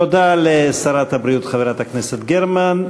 תודה לשרת הבריאות חברת הכנסת גרמן.